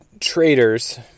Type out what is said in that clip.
Traders